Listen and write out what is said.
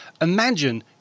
imagine